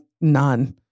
none